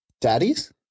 daddies